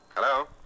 hello